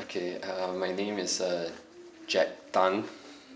okay uh my name is uh jack tan